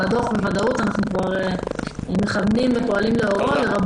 אבל בוודאות אנחנו כבר מכוונים ופועלים לאורו של הדוח,